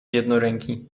jednoręki